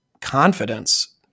confidence